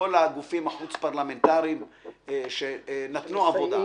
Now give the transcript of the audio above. לכל הגופים החוץ פרלמנטריים שנתנו עבודה,